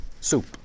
soup